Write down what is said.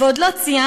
ועוד לא ציינתי,